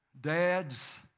dads